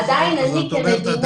עדיין אני כמדינה --- אז את אומרת